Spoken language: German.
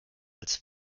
als